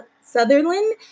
Sutherland